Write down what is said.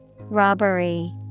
Robbery